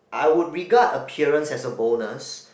I would regard appearance as a bonus